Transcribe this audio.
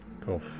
Cool